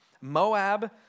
Moab